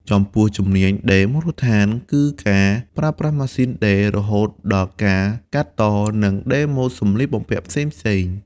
ចំពោះ ជំនាញដេរមូលដ្ឋាន គឺការប្រើប្រាស់ម៉ាស៊ីនដេរ រហូតដល់ការកាត់ត និងដេរម៉ូដសម្លៀកបំពាក់ផ្សេងៗ។